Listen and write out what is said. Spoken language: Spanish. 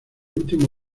último